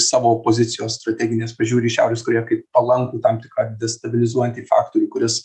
savo pozicijos strateginės pažiūri į šiaurės korėją kaip palankų tam tikrą destabilizuojantį faktorių kuris